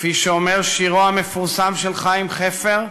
כפי שאומר שירו המפורסם של חיים חפר,